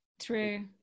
True